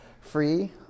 free